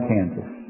Kansas